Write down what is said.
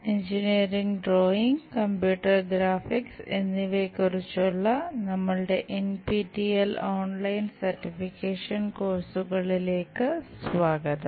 engineering drawing computer graphics എന്നിവയെക്കുറിച്ചുള്ള നമ്മളുടെ NPTEL online certification കോഴ്Sസുകളിലേക്ക് സ്വാഗതം